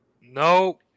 No